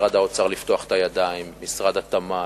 משרד האוצר, לפתוח את הידיים, משרד התמ"ת,